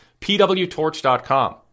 pwtorch.com